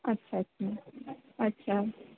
अच्छा अच्छा अच्छा